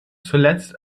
zuletzt